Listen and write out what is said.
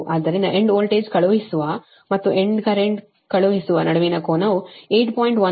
ಆದ್ದರಿಂದ end voltage ಕಳುಹಿಸುವ ಮತ್ತು ಎಂಡ್ ಕರೆಂಟ್ ಕಳುಹಿಸುವ ನಡುವಿನ ಕೋನವು 8